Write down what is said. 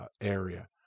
area